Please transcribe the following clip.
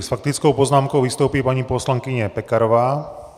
S faktickou poznámkou vystoupí paní poslankyně Pekarová.